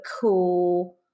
cool